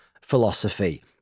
philosophy